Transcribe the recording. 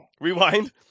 Rewind